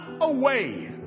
away